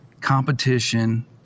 competition